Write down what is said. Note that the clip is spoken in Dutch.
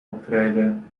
optreden